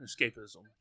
Escapism